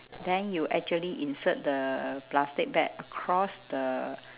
then you actually insert the plastic bag across the